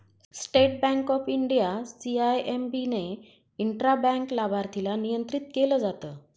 state Bank of India, CIMB ने intra bank लाभार्थीला नियंत्रित केलं जात